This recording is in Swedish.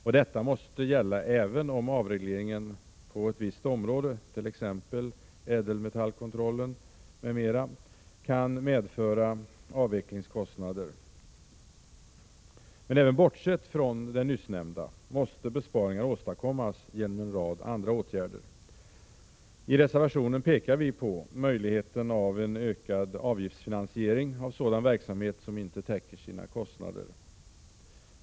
Och detta måste gälla även om avregleringen på ett visst område — t.ex. ädelmetallkontrollen — kan medföra avvecklingskostnader. Men även bortsett från det nyssnämnda måste besparingar åstadkommas genom en rad andra åtgärder. I reservationen pekar vi på möjligheten av en ökad avgiftsfinansiering av sådan verksamhet som inte täcker sina kostnader.